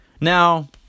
Now